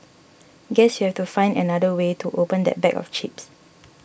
guess you have to find another way to open that bag of chips